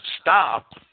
stop